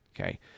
Okay